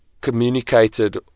communicated